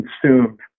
consumed